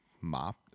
mop